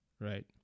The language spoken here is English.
right